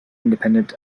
independent